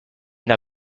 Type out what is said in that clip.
n’a